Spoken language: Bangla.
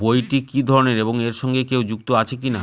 বইটি কি ধরনের এবং এর সঙ্গে কেউ যুক্ত আছে কিনা?